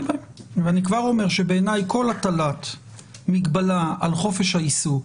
בהם ואני כבר אומר שבעיניי כל הטלת מגבלה על חופש העיסוק,